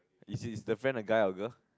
is is the friend a guy or girl